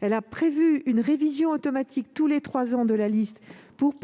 Elle a prévu une révision automatique de la liste, tous les trois ans, pour